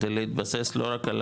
כדי להתבסס, לא רק על